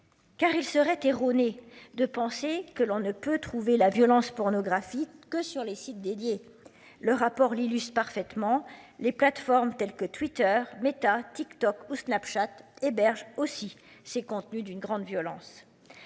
Car il serait erroné de penser que l'on ne peut trouver la violence pornographique que sur les sites dédiés le rapport l'illustrent parfaitement les plateformes telles que Twitter Meta Tik Tok ou Snapchat héberge aussi ces contenus d'une grande violence.